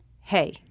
hey